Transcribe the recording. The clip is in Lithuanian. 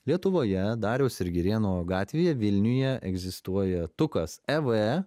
lietuvoje dariaus ir girėno gatvėje vilniuje egzistuoja tukas ev